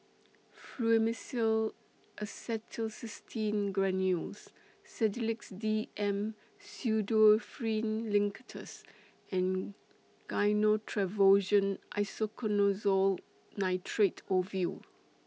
Fluimucil Acetylcysteine Granules Sedilix D M Pseudoephrine Linctus and Gyno Travogen Isoconazole Nitrate Ovule